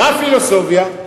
מה הפילוסופיה?